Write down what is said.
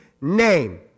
name